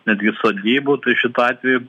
netgi sodybų tai šituo atveju